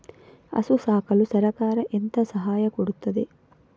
ಹಸು ಸಾಕಲು ಸರಕಾರ ಎಂತ ಸಹಾಯ ಕೊಡುತ್ತದೆ?